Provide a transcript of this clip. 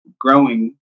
growing